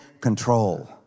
control